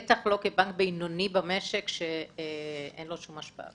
בטח לא כבנק בינוני במשק שאין לו שום השפעה.